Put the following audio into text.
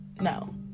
no